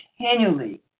continually